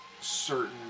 certain